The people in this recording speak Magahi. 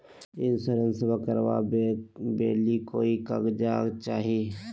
इंसोरेंसबा करबा बे ली कोई कागजों चाही?